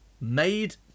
Made